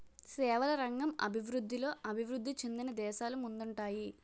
సేవల రంగం అభివృద్ధిలో అభివృద్ధి చెందిన దేశాలు ముందుంటాయి